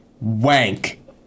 Wank